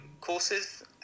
courses